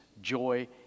joy